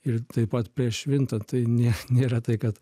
ir taip pat prieš švintant tai ne nėra tai kad